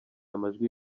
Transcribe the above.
amajwi